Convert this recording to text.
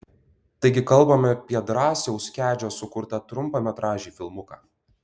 taigi kalbame apie drąsiaus kedžio sukurtą trumpametražį filmuką